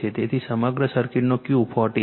તેથી સમગ્ર સર્કિટનો Q 40 છે